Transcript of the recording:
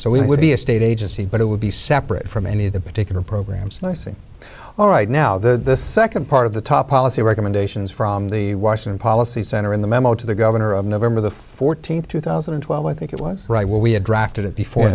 so we would be a state agency but it would be separate from any of the particular programs and i say all right now the second part of the top policy recommendations from the washington policy center in the memo to the governor of november the fourteenth two thousand and twelve i think it was right where we had drafted it before